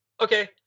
okay